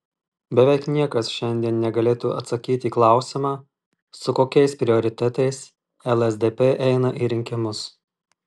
beveik niekas šiandien negalėtų atsakyti į klausimą su kokiais prioritetais lsdp eina į rinkimus